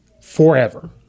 forever